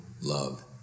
love